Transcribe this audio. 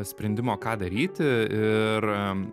sprendimo ką daryti ir